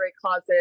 closet